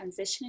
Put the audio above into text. transitioning